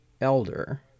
elder